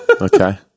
Okay